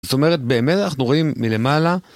זאת אומרת באמת אנחנו רואים מלמעלה